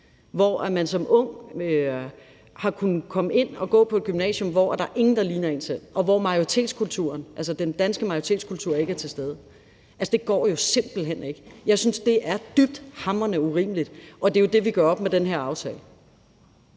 Som ung har man kunnet komme ind og gå på et gymnasium, hvor der er ingen, der ligner en selv, og hvor majoritetskulturen, altså den danske majoritetskultur, ikke er til stede. Det går simpelt hen ikke. Jeg synes, det er dybt hamrende urimeligt, og det er jo det, vi gør op med med den her aftale.